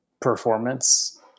performance